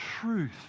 truth